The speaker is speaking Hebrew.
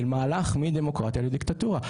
של מהלך מדמוקרטיה לדיקטטורה,